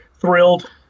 thrilled